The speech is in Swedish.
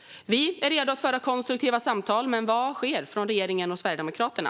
Vi är redo att föra konstruktiva samtal, men vad sker från regeringen och Sverigedemokraterna?